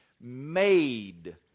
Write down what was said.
made